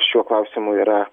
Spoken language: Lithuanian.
šiuo klausimu yra